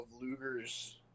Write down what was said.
Luger's